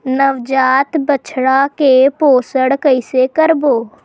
नवजात बछड़ा के पोषण कइसे करबो?